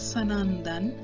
Sanandan